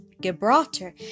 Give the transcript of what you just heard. Gibraltar